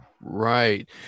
Right